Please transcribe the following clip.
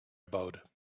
about